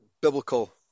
biblical